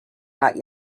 not